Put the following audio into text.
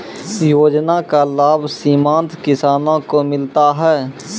योजना का लाभ सीमांत किसानों को मिलता हैं?